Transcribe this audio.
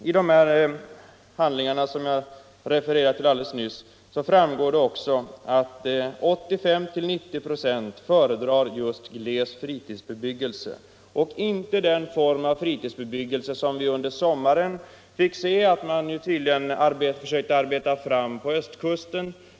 Av de handlingar som jag refererade till alldeles nyss framgår det också att 85-90 26 av människorna föredrar just gles fritidsbebyggelse och inte den form av fritidsbebyggelse som vi under sommaren fick se att man tydligen försökte att arbeta fram på östkusten.